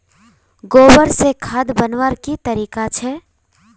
गोबर से खाद बनवार की तरीका छे?